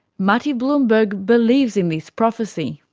mati bloomberg believes in this prophecy.